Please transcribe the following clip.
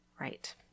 Right